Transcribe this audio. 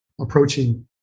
approaching